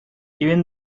even